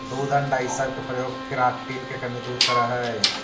दूध अण्डा इ सब के प्रयोग केराटिन के कमी दूर करऽ हई